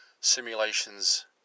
simulations